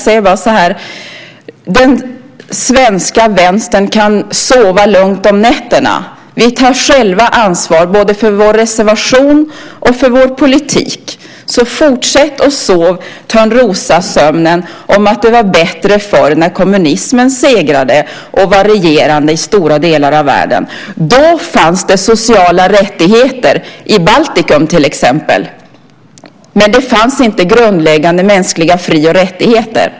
Den svenska vänstern kan sova lugnt om nätterna. Vi tar själva ansvar både för vår reservation och för vår politik. Fortsätt att sov törnrosasömnen om att det var bättre förr när kommunismen segrade och var regerande i stora delar av världen. Då fanns det sociala rättigheter i Baltikum till exempel. Men det fanns inte grundläggande mänskliga fri och rättigheter.